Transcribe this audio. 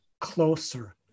closer